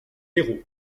héros